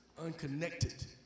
unconnected